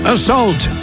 Assault